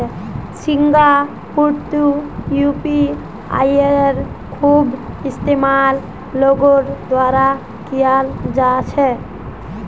सिंगापुरतो यूपीआईयेर खूब इस्तेमाल लोगेर द्वारा कियाल जा छे